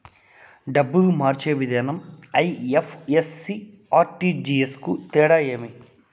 డబ్బులు మార్చే విధానం ఐ.ఎఫ్.ఎస్.సి, ఆర్.టి.జి.ఎస్ కు తేడా ఏమి?